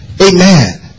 Amen